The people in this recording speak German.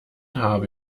habe